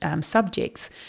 subjects